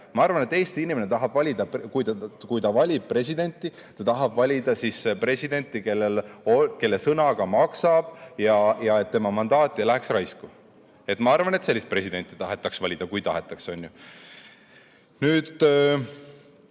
Ma arvan, et Eesti inimene, kui ta valib presidenti, tahab valida sellist presidenti, kelle sõna maksab, ja et tema mandaat ei läheks raisku. Ma arvan, et sellist presidenti tahetaks valida – kui tahetakse –, on ju. Kui